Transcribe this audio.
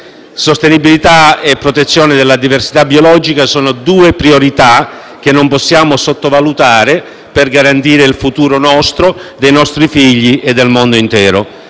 Sostenibilità e protezione della diversità biologica sono due priorità che non spossiamo sottovalutare per garantire il futuro nostro, dei nostri figli e del mondo intero.